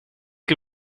que